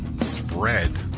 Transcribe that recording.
spread